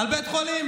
על בית חולים.